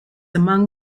among